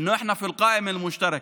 שאנחנו ברשימה המשותפת